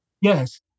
Yes